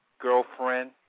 girlfriend